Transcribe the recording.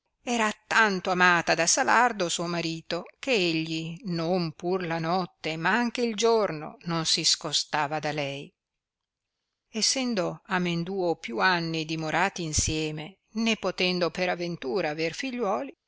era tanto amata da salardo suo marito che egli non pur la notte ma anche il giorno non si scostava da lei essendo amenduo più anni dimorati insieme né potendo per aventura aver figliuoli